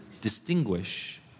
distinguish